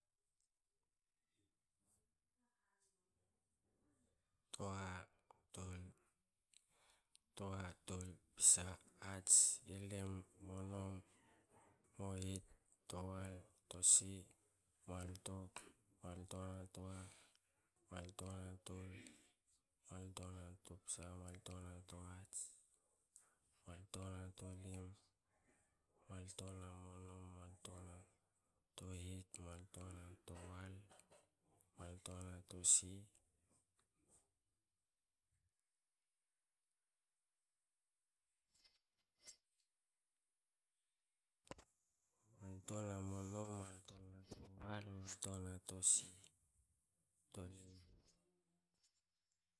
Toa. tol. pisa. hats. ilim. monom. mohit. towal. tosi. malto. malto na toa. malto na tol. malto na topsa. malto na tohats. malto na tolim. malto na monom. malto na tohit. malto na towal. malto na tosi. malto na tohit. malto na